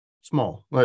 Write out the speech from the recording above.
Small